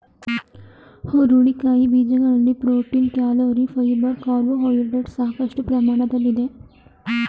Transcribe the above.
ಹುರುಳಿಕಾಯಿ ಬೀಜಗಳಲ್ಲಿ protein, calorie, fibre carbohydrates ಸಾಕಷ್ಟು ಪ್ರಮಾಣದಲ್ಲಿದೆ